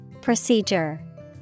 Procedure